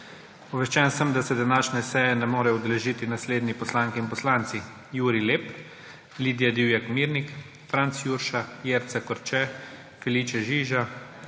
Obveščen sem, da se današnje seje ne morejo udeležiti naslednji poslanke in poslanci: